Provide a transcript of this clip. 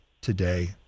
today